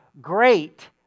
great